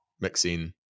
mixing